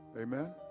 Amen